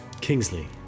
Kingsley